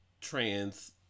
trans